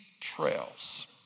trails